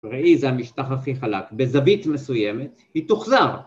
ראי זה המשטח הכי חלק, בזווית מסוימת היא תוחזר